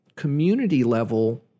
community-level